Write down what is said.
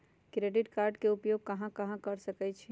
Credit card के उपयोग कहां कहां कर सकईछी?